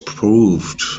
proved